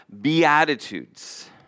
beatitudes